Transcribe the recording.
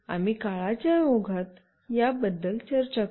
आम्ही काळाच्या ओघात या बद्दल चर्चा करू